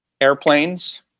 airplanes